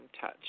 touch